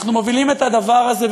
אנחנו מובילים את הדבר הזה,